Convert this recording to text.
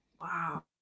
wow